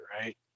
right